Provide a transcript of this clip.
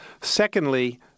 Secondly